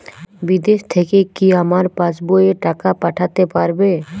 বিদেশ থেকে কি আমার পাশবইয়ে টাকা পাঠাতে পারবে?